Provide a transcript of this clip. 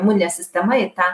imuninė sistema į tą